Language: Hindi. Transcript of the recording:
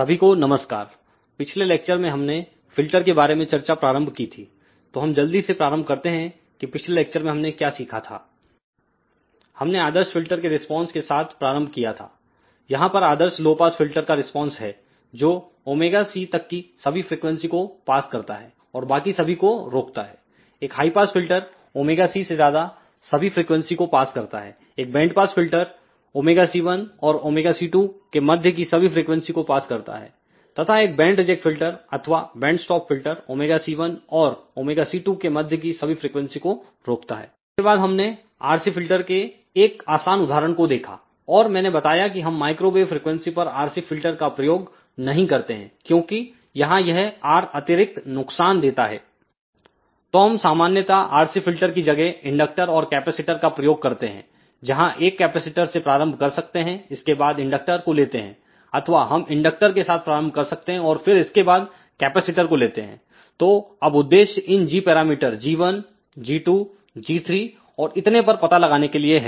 सभी को नमस्कार पिछले लेक्चर में हमने फिल्टर के बारे में चर्चा प्रारंभ की थी तो हम जल्दी से प्रारंभ करते हैं कि पिछले लेक्चर में हमने क्या सीखा था हमने आदर्श फिल्टर के रिस्पांस के साथ प्रारंभ किया था यहां पर आदर्श लो पास फिल्टर का रिस्पांस है जो ωc तक की सभी फ्रीक्वेंसी को पास करता है और बाकी सभी को रोकता है एक हाई पास फिल्टर ωc से ज्यादा सभी फ्रीक्वेंसी को पास करता है एक बैंड पास फिल्टर ωc1 और ωc2 के मध्य की सभी फ्रीक्वेंसी को पास करता है तथा एक बैंड रिजेक्ट फिल्टर अथवा बैंड्सटॉप फिल्टर ωc1 और ωc2 के मध्य की सभी फ्रीक्वेंसी को रोकता है इसके बाद हमने RC फिल्टर के एक आसान उदाहरण को देखाऔर मैंने बताया की हम माइक्रोवेव फ्रिकवेंसी पर RC फिल्टर का प्रयोग नहीं करते हैं क्योंकि यहां यह Rअतिरिक्त नुकसान देता है तो हम सामान्यता RCफिल्टर की जगह इंडक्टर और कैपेसिटर का प्रयोग करते हैं जहां एक कैपेसिटर से प्रारंभ कर सकते हैं इसके बाद इंडक्टर को लेते हैं अथवाहम इंडक्टर के साथ प्रारंभ कर सकते हैं और फिर इसके बाद कैपेसिटर को लेते हैं तो अब उद्देश्य इन g parameter g1 g2 g3 और इतने पर पता लगाने के लिए है